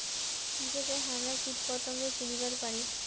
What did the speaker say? কিভাবে হামরা কীটপতঙ্গ চিনিবার পারি?